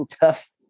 tough